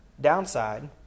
downside